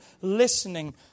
listening